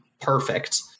perfect